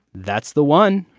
that's the one.